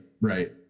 Right